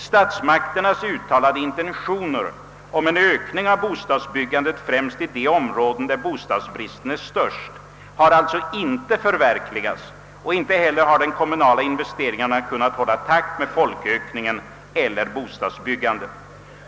Statsmakternas uttalade intentioner om en ökning av bostadsbyggandet främst i de områden där bostadsbristen är störst har alltså inte förverk ligats och inte heller har de kommunala investeringarna kunna hålla takt med folkökningen eller bostadsbyggandet.